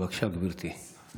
בבקשה, גברתי.